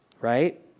right